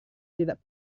tidak